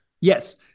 yes